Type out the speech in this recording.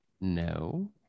No